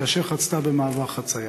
כאשר חצתה במעבר חציה.